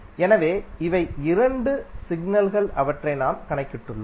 எனவே இவை இரண்டு சிக்னல்கள் அவற்றை நாம் கணக்கிட்டுள்ளோம்